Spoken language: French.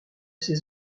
ses